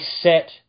set